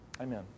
Amen